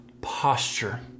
posture